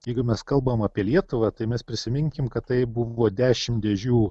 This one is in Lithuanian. jeigu mes kalbam apie lietuvą tai mes prisiminkim kad tai buvo dešimt dėžių